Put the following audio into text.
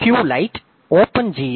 Q light open G